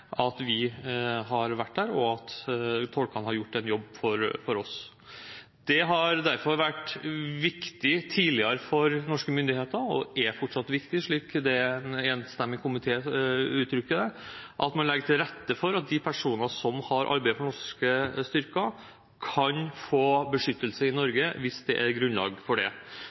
at vi har vært der, og at tolkene har gjort en jobb for oss. Det har derfor vært viktig for norske myndigheter tidligere og er fortsatt viktig, slik en enstemmig komité uttrykker det, at man legger til rette for at de personer som har arbeidet for norske styrker, kan få beskyttelse i